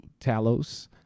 Talos